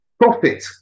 Profit